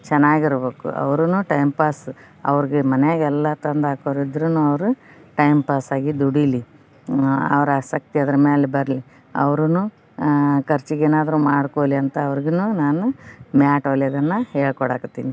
ಚೆನ್ನಾಗಿರಬೇಕು ಅವರೂನು time pass ಅವ್ರಿಗೆ ಮನೆಗೆಲ್ಲ ತಂದು ಹಾಕುವ್ರು ಇದ್ದರೂನು ಅವರು ಟೈಮ್ ಪಾಸ್ ಆಗಿ ದುಡೀಲಿ ಅವರ ಆಸಕ್ತಿ ಅದ್ರ ಮ್ಯಾಲೆ ಬರಲಿ ಅವರೂನು ಖರ್ಚಿಗೆ ಏನಾದರೂ ಮಾಡ್ಕೊಳ್ಳಲಿ ಅಂತ ಅವ್ರ್ಗುನೂ ನಾನು ಮ್ಯಾಟ್ ಹೊಲಿಯೋದನ್ನ ಹೇಳ್ಕೊಡಕತ್ತೀನಿ